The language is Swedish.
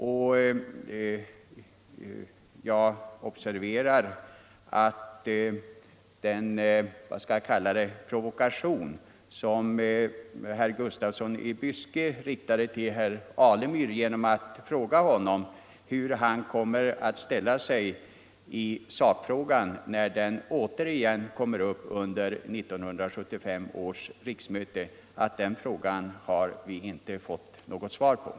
Jag har också noterat att den provokation — om jag får kalla den så —- som herr Gustafsson i Byske utsatte herr Alemyr för genom att fråga honom hur han kommer att ställa sig i sakfrågan, när den åter kommer upp under 1975 års riksmöte, inte har blivit besvarad.